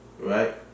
Right